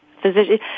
physician